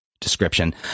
description